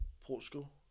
Portugal